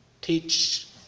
teach